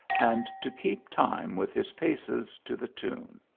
and to keep time with his paces, to the tune.